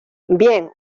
bien